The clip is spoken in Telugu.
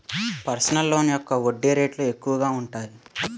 పర్సనల్ లోన్ యొక్క వడ్డీ రేట్లు ఎక్కువగా ఉంటాయి